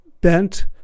bent